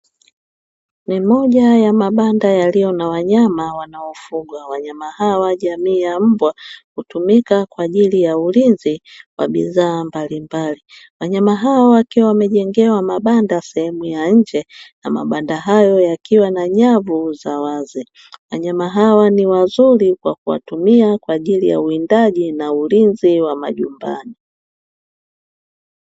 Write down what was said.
Ni moja ya mabanda yaliyo na wanyama wanaofugwa, wanyama hawa jamii ya mbwa hutumika kwa ajili ya ulinzi kwa bidhaa mbalimbali. Wanyama hao wakiwa wamejengea mabanda sehemu ya nje, na mabanda hayo yakiwa na nyavu za wazi. Wanyama hawa ni wazuri kwa kuwatumia kwa ajili uwindaji na ulinzi wa majumbani.